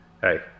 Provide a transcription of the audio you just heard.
hey